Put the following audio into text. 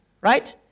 Right